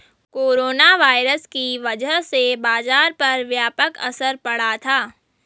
corona virus की वजह से बाजार पर व्यापक असर पड़ा था